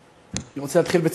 אני רוצה להתחיל בציטוט: